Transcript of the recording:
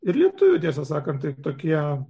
ir lietuviai tiesą sakant tai tokie